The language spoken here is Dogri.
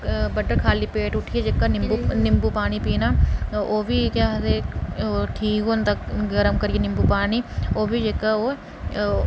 बडलै खाली पेट उट्ठियै जेह्का निंबू निंबू पानी पीना ओह् बी केह् आखदे ठीक होंदा गर्म करियै निंबू पानी ओह् बी जेह्का ओह्